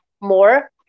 more